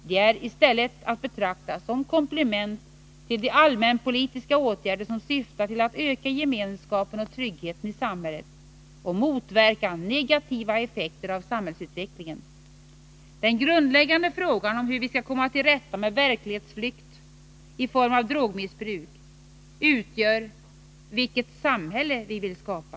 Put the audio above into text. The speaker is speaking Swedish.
De är i stället att betrakta som komplement till de allmänpolitiska åtgärder som syftar till att öka gemenskapen och tryggheten i samhället och motverka negativa effekter av samhällsutvecklingen. Den grundläggande frågan när det gäller att komma till rätta med den verklighetsflykt som drogmissbruk utgör är vilket samhälle vi vill skapa.